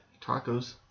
tacos